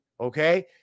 Okay